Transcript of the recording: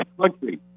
country